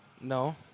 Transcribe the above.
No